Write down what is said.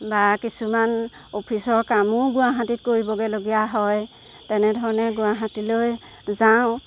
বা কিছুমান অফিচৰ কামো গুৱাহাটীত কৰিবগৈ লগীয়া হয় তেনেধৰণে গুৱাহাটীলৈ যাওঁ